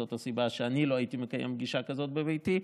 זאת הסיבה שאני לא הייתי מקיים פגישה כזו בביתי: